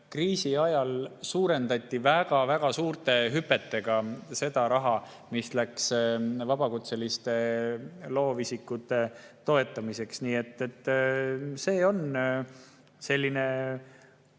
kriisi ajal suurendati väga‑väga suurte hüpetega seda raha, mis läks vabakutseliste loovisikute toetamiseks. See on selline